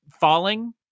falling